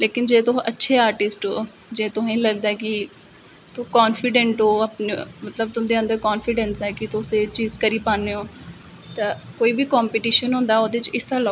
लेकिन जे तुस अच्छे आर्टिस्ट ओ जे तुसें लगदा कि तुस कान्फीडेंट ओ अपने मतलब तुंदे अंदर कान्फीडैंस ऐ कि तुस एह् चीज करी पाने ओ ते कोई बी काम्पीटीशन होंदा ओहदे च हिस्सा लैओ